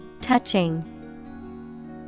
Touching